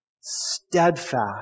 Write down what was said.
steadfast